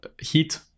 heat